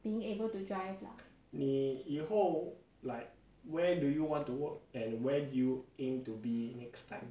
being able to drive lah